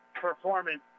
performance